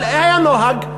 אבל היה נוהג.